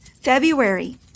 February